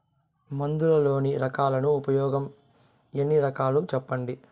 మందులలోని రకాలను ఉపయోగం ఎన్ని రకాలు? సెప్పండి?